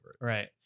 right